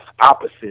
opposite